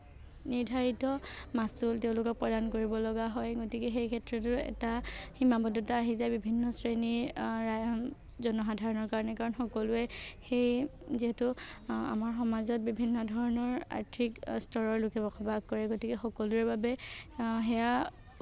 নিৰ্ধাৰিত মাচুল তেওঁলোকক প্ৰদান কৰিব লগা হয় গতিকে সেই ক্ষেত্ৰতো এটা সীমাবদ্ধতা আহি যায় বিভিন্ন শ্ৰেণীৰ জনসাধাৰণৰ কাৰণে কাৰণ সকলোৱে সেই যিহেতু আমাৰ সমাজত বিভিন্নধৰণৰ আৰ্থিক স্তৰৰ লোকে বসবাস কৰে গতিকে সকলোৰে বাবে সেইয়া